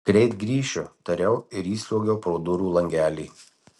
greit grįšiu tariau ir įsliuogiau pro durų langelį